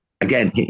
again